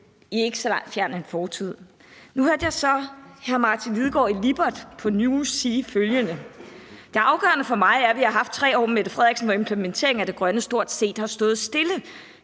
en ikke så fjern fortid. Nu hørte jeg så hr. Martin Lidegaard hos Lippert i TV 2 News sige følgende: Det afgørende for mig er, at vi har haft 3 år med Mette Frederiksen, hvor implementeringen af det grønne stort set har stået stille.